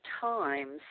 times